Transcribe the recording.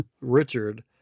Richard